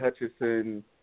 Hutchison